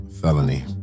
felony